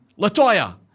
LaToya